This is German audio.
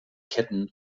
ketten